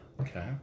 Okay